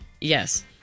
Yes